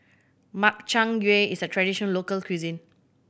Makchang Gui is a traditional local cuisine